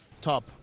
top